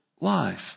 life